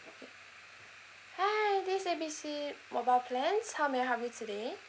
hi this is A B C mobile plans how may I help you today